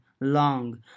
long